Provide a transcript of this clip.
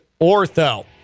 ortho